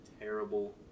terrible